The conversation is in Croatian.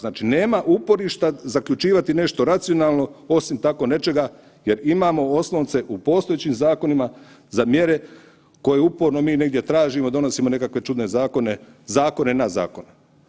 Znači nema uporišta zaključivati nešto racionalno osim tako nečega jel imamo oslonce u postojećim zakonima za mjere koje uporno mi negdje tražimo, donosimo nekakve čudne zakone, zakone na zakon.